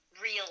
real